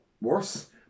worse